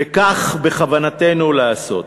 וכך בכוונתנו לעשות.